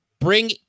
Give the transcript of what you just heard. bring